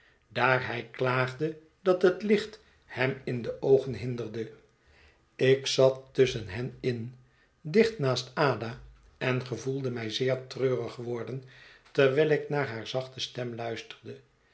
daar hij klaagde dat het licht hem in de oogen hinderde ik zat tusschen hen in dicht naast ada en gevoelde mij zeer treurig worden terwijl ik naar hare zachte stem luisterde